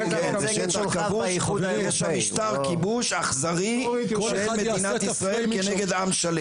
זה שטח כבוש שיש בו משטר כיבוש אכזרי של מדינת ישראל כנגד עם שלם.